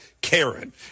Karen